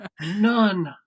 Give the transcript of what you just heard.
none